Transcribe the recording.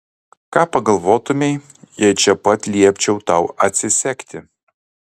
ką pagalvotumei jei čia pat liepčiau tau atsisegti